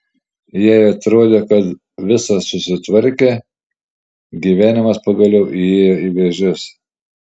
jai atrodė kad visa susitvarkė gyvenimas pagaliau įėjo į vėžes